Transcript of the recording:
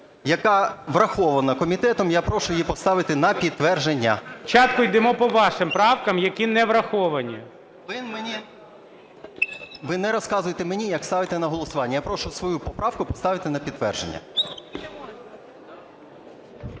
яка врахована комітетом. Я прошу її поставити на підтвердження. ГОЛОВУЮЧИЙ. Спочатку йдемо по вашим правкам, які не враховані. ПАПІЄВ М.М. Ви не розказуйте мені, як ставити на голосування. Я прошу свою поправку поставити на підтвердження.